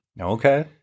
Okay